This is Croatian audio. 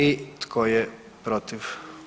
I tko je protiv?